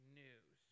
news